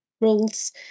roles